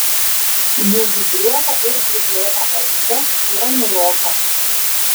jų gūbriuota ir grublėta erčia yra niūroka